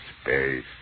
space